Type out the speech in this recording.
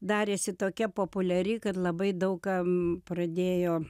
darėsi tokia populiari kad labai daug kam pradėjo